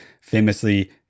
famously